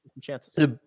chances